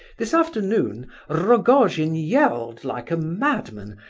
this afternoon ah rogojin yelled, like a madman,